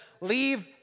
leave